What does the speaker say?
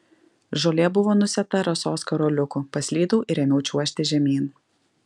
žolė buvo nusėta rasos karoliukų paslydau ir ėmiau čiuožti žemyn